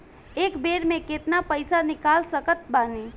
एक बेर मे केतना पैसा निकाल सकत बानी?